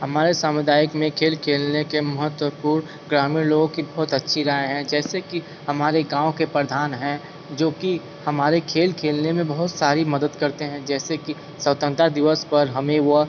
हमारे सामुदायिक में खेल खेलने के महत्वपूर्ण ग्रामीण लोगों की बहुत अच्छी राय है जैसे कि हमारे गांव के प्रधान हैं जोकि हमारे खेल खेलने में बहुत सारी मदद करते हैं जैसे कि स्वतंत्रता दिवस पर हमें वह